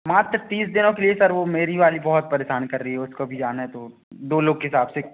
मात्र तीस दिनों के लिए सर वह मेरी वाली बहुत परेशान कर रही है उसको भी जाना है तो दो लोग के हिसाब से